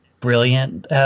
brilliant